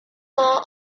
paw